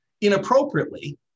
inappropriately